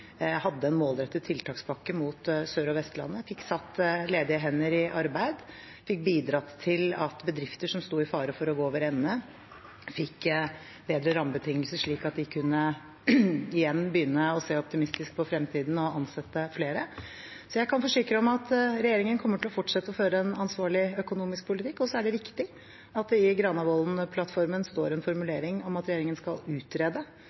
hadde en målrettet tiltakspakke mot Sørlandet og Vestlandet. Vi fikk satt ledige hender i arbeid. Vi fikk bidratt til at bedrifter som sto i fare for å gå over ende, fikk bedre rammebetingelser, slik at de igjen kunne begynne å se optimistisk på fremtiden og ansette flere. Jeg kan forsikre om at regjeringen kommer til å fortsette å føre en ansvarlig økonomisk politikk. Det er riktig at det i Granavolden-plattformen står en formulering om at regjeringen skal utrede